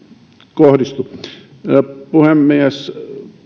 kohdistu puhemies